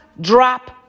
drop